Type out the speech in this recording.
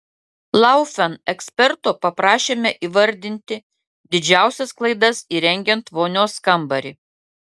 laufen eksperto paprašėme įvardinti didžiausias klaidas įrengiant vonios kambarį